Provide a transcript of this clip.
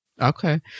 Okay